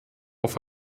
auf